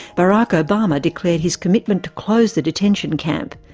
barak obama declared his commitment to close the detention camp.